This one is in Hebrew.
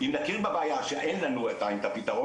אם נכיר בבעיה שאין לנו את הפתרון,